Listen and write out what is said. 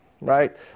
Right